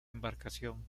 embarcación